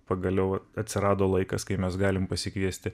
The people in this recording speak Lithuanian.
pagaliau atsirado laikas kai mes galim pasikviesti